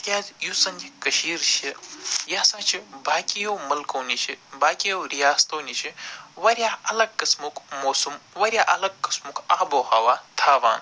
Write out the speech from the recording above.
کیٛاہ زِ یُس زن یہِ کٔشیٖرِ چھِ یہِ سا چھِ باقیو ملکو نِشہٕ باقیو رِیاستو نِشہِ وارِیاہ الگ قٕسمُک موسُم وارِیاہ الگ قٕسمُک آبو ہوا تھاوان